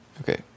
Okay